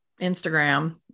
Instagram